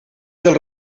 dels